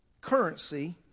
currency